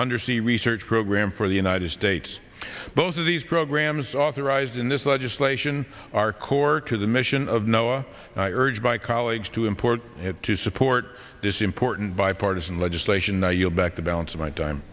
undersea research program for the united states both of these programs authorized in this legislation are core to the mission of noah i urge my colleagues to import it to support this important bipartisan legislation now you'll back the balance of my time